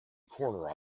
corner